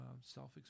self